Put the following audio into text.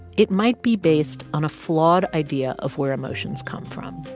it might be based on a flawed idea of where emotions come from